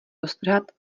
roztrhat